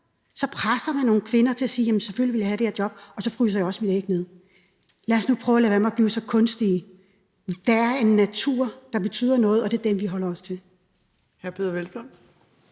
Så presser man nogle kvinder til at sige, at selvfølgelig vil jeg have det her job, og så fryser jeg også mine æg ned. Lad os nu prøve at lade være med at blive så kunstige. Der er en natur, der betyder noget, og det er den, vi holder os til. Kl. 16:00 Fjerde